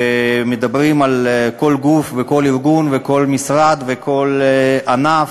ומדובר על כל גוף, וכל ארגון, וכל משרד, וכל ענף,